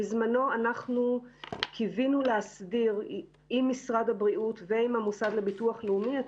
בזמנו קיווינו להסדיר עם משרד הבריאות ועם המוסד לביטוח לאומי את